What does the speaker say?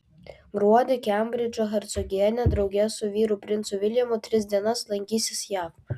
gruodį kembridžo hercogienė drauge su vyru princu viljamu tris dienas lankysis jav